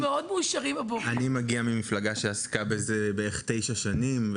אני מגיע ממפלגה שעסקה בזה בערך תשע שנים.